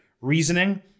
reasoning